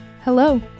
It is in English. Hello